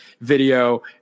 video